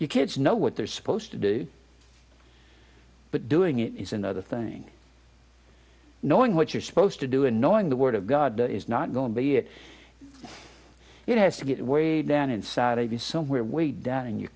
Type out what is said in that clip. you kids know what they're supposed to do but doing it is another thing knowing what you're supposed to do annoying the word of god is not going to be it it has to be weighed down inside maybe somewhere way down in you